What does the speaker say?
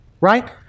right